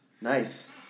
Nice